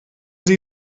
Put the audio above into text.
sie